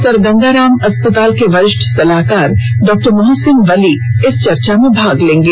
sir Gangaram अस्पताल के वरिष्ठ सलाहकार डॉक्टर मोहसिन वली इस चर्चा में भाग लेंगे